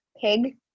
Pig